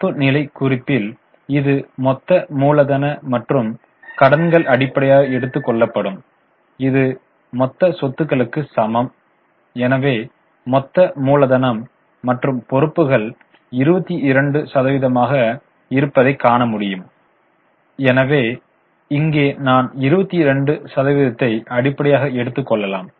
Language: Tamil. இருப்புநிலைக் குறிப்பில் இது மொத்த மூலதன மற்றும் கடன்கள் அடிப்படையாக எடுத்துக் கொள்ளப்படும் இது மொத்த சொத்துக்களுக்கு சமம் எனவே மொத்த மூலதனம் மற்றும் பொறுப்புகள் 22 சதவீதமாக ஆக இருப்பதை காணமுடியும் எனவே இங்கே நான் 22 சதவீதத்தை அடிப்படையாக எடுத்து கொள்ளலாம்